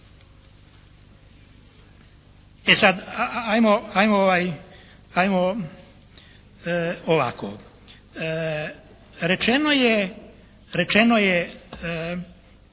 E, sad 'ajmo ovako. Rečeno je